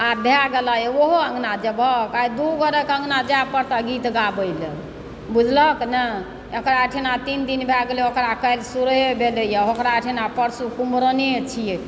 आब भए गेलहुँ ओहो अङ्गना जयबहक आइ दु गोड़ेके अङ्गना जाय पड़त गीत गाबय लऽ बुझलहक नहि एकरा अहिठुना तीन दिन भए गेलय ओकरा काल्हि शुरुए भेलइए ओकरा ओहिठिना परसु कुम्हरमे छियै